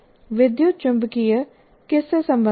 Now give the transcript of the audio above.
विद्युतचुंबकीय किससे संबंधित है